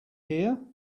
here